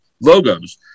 logos